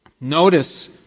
Notice